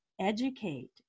educate